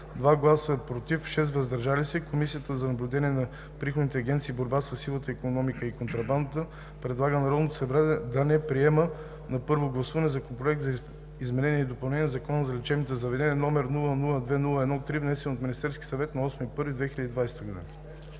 2 гласа „против“ и 6 гласа „въздържал се“, Комисията за наблюдение на приходните агенции и борба със сивата икономика и контрабандата предлага на Народното събрание да не приеме на първо гласуване Законопроект за изменение и допълнение на Закона за лечебните заведения, № 002-01-3, внесен от Министерския съвет на 8 януари